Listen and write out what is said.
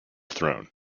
throne